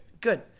Good